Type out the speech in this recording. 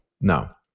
Now